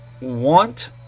Want